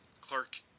Clark